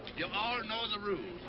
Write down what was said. you all know the rules.